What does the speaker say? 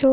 जो